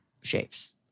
shapes